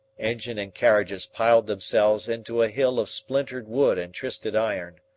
engine and carriages piled themselves into a hill of splintered wood and twisted iron.